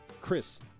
Chris